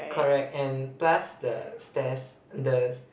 correct and plus the stairs the